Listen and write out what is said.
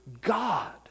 God